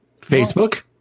Facebook